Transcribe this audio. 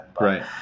right